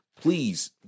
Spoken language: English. Please